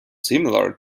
similar